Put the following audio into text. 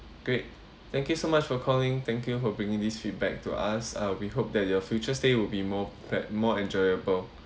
great thank you so much for calling thank you for bringing this feedback to us uh we hope that your future stay will be more fa~ more enjoyable